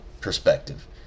perspective